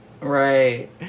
Right